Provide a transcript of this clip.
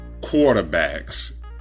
quarterbacks